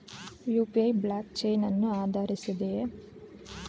UPI blockchain ಅನ್ನು ಆಧರಿಸಿದೆಯೇ?